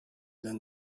than